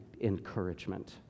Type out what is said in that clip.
encouragement